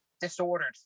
disordered